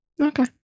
Okay